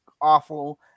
awful